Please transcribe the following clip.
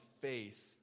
face